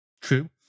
true